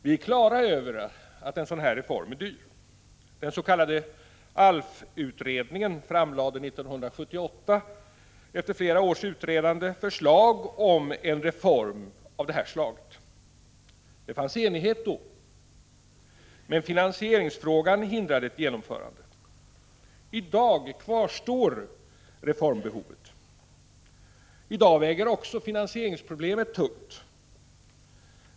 Vi är på det klara med att reformen är dyr. Den s.k. ALF-utredningen framlade 1978, efter flera års utredande, förslag om en reform av det här slaget. Det fanns enighet då, men finansieringsfrågan hindrade ett genomförande. I dag kvarstår reformbehovet. I dag väger finansieringsproblemen också tungt.